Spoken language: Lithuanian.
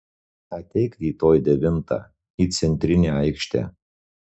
ateik rytoj devintą į centrinę aikštę